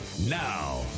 Now